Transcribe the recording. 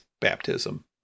baptism